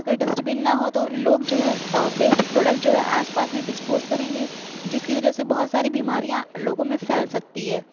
اگر ڈسٹبن نہ ہو تو لوگ جو ہے ویسٹ پروڈکٹ جو ہے آس پاس میں ڈسپوز کریں گے جس کی وجہ سے بہت ساری بیماریاں لوگوں میں پھیل سکتی ہے